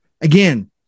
Again